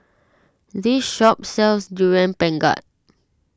this shop sells Durian Pengat